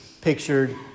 pictured